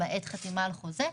למעט חתימה על חוזה,